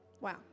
Wow